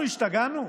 אנחנו השתגענו?